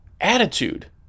attitude